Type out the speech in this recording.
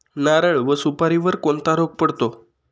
नारळ व सुपारीवर कोणता रोग पडतो?